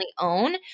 own